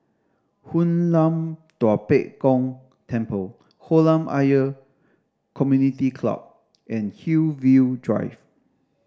Hoon Lam Tua Pek Kong Temple Kolam Ayer Community Club and Hillview Drive